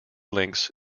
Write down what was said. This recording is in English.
links